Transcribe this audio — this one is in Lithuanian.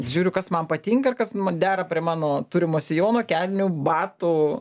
žiūriu kas man patinka ir kas man dera prie mano turimo sijono kelnių batų